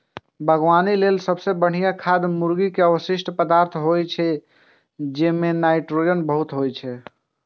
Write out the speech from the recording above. बागवानी लेल सबसं बढ़िया खाद मुर्गीक अवशिष्ट पदार्थ होइ छै, जइमे नाइट्रोजन बहुत होइ छै